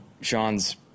Sean's